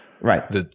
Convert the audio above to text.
Right